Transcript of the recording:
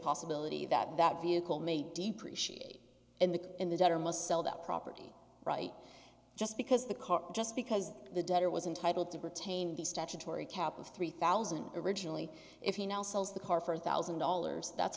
possibility that that vehicle may depreciate in the in the debtor must sell that property right just because the car just because the debtor was entitle to retain the statutory cap of three thousand originally if he now sells the car for a thousand dollars that's